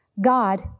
God